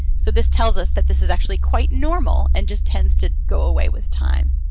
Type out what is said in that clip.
so this tells us that this is actually quite normal and just tends to go away with time,